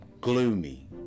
Gloomy